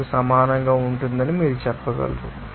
112 కు సమానంగా ఉంటుందని మీరు చెప్పగలరు